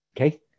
Okay